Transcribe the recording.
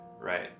right